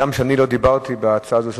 הגם שאני לא דיברתי בהצעה הזאת לסדר-היום,